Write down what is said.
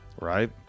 Right